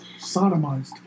sodomized